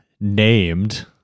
named